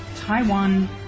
Taiwan